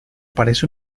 parece